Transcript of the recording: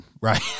right